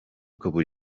kabul